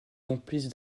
complices